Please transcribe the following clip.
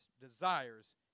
desires